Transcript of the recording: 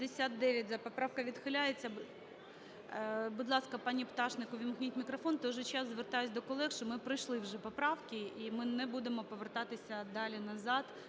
Поправка відхиляється. Будь ласка, пані Пташник увімкніть мікрофон. В той же час, звертаюсь до колег, що ми пройшли вже поправки і ми не будемо повертатися далі назад,